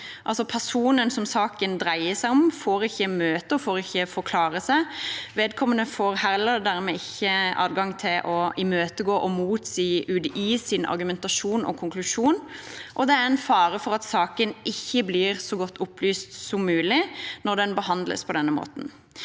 personen saken dreier seg om, får ikke møte og får ikke forklare seg. Vedkommende får dermed heller ikke adgang til å imøtegå og motsi UDIs argumentasjon og konklusjon, og det er fare for at saken ikke blir opplyst så godt som mulig når den behandles på denne måten.